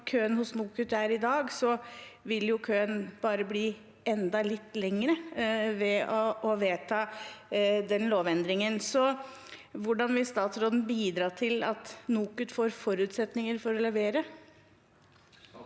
som køen hos NOKUT er i dag, vil den bare bli enda litt lenger ved å vedta den lovendringen. Så hvordan vil statsråden bidra til at NOKUT får forutsetninger for å levere?